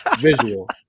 visual